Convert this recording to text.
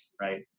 right